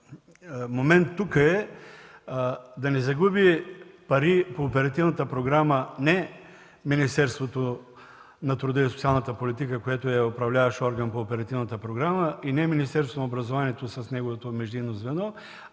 момент тук е да не се загубят пари по оперативната програма – но не Министерството на труда и социалната политика, което е управляващ орган по оперативната програма, и не Министерството на образованието с неговото междинно звено,